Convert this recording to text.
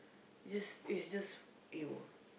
just it's just !eww!